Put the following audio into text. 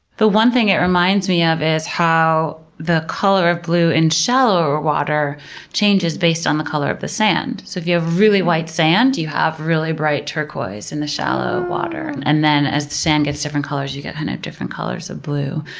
the one thing it reminds me of is how the color of blue in shallower water changes based on the color of the sand. so if you have really white sand, you have really bright turquoise in the shallow water, and then as the sand gets different colors, you get kind of different colors of blue.